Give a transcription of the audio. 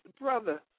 Brother